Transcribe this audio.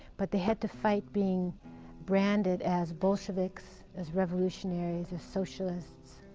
but they had to fight being branded as bolsheviks, as revolutionaries, as socialists,